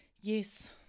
Yes